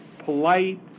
polite